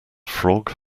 frog